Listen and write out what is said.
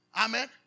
Amen